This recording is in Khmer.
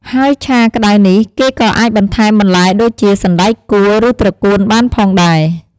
ហើយឆាក្តៅនេះគេក៏អាចបន្ថែមបន្លែដូចជា សណ្តែកគួរ ឬត្រកួនបានផងដែរ។